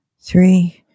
three